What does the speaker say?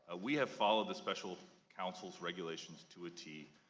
we have followed the special counsel's regulations to a tee.